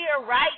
right